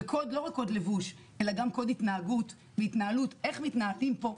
ולא רק קוד לבוש אלא גם קוד התנהגות והתנהלות איך מתנהלים פה.